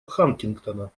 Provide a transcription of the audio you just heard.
хантингтона